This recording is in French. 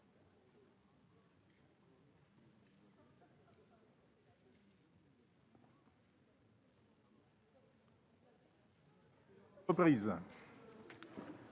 ...